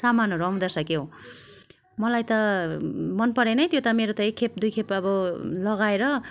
सामानहरू आउँदा रहेछ क्याउ मलाई त मन परेन है त्यो त मेरो त एक खेप दुई खेप अब लगाएर